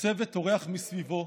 הצוות טורח מסביבו,